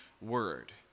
word